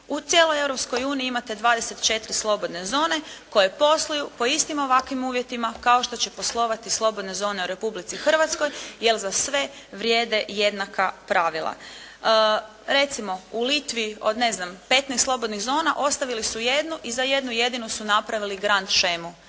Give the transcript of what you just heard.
uniji imate 24 slobodne zone koje posluju po istim ovakvim uvjetima kao što će poslovati slobodne zone u Republici Hrvatskoj jer za sve vrijede jednaka pravila. Recimo, u Litvi od, ne znam 15 slobodnih zona ostavili su jednu i za jednu jedinu su napravili grand shemu.